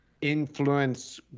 influence